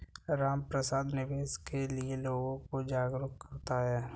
रामप्रसाद निवेश के लिए लोगों को जागरूक करता है